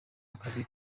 akazi